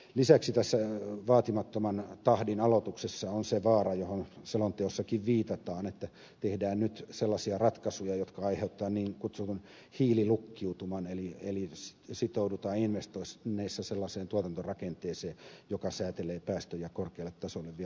lisäksi tässä vaatimattoman tahdin aloituksessa on se vaara johon selonteossakin viitataan että tehdään nyt sellaisia ratkaisuja jotka aiheuttavat niin kutsutun hiililukkiutuman eli sitoudutaan investoinneissa sellaiseen tuotantorakenteeseen joka säätelee päästöjä korkealle tasolle vielä jatkossakin